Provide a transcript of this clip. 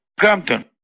Compton